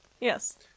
Yes